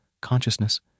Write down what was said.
consciousness